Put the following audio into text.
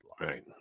Right